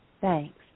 Thanks